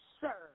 sir